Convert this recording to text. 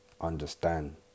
understand